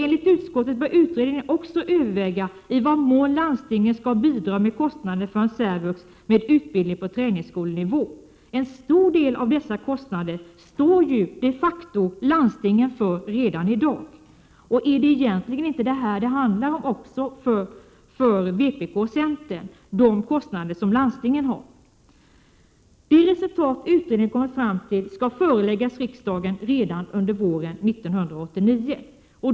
Enligt utskottet bör utredningen också överväga i vad mån landstingen skall bidra till kostnaderna för särvux med utbildning på träningsskolenivå. En stor del av dessa kostnader står ju de facto landstingen för redan i dag. Är det inte egentligen detta som det handlar om även för vpk och centern, dvs. de kostnader som landstingen har? De resultat utredningen kommer fram till skall föreläggas riksdagen redan under våren 1989.